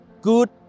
good